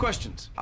Questions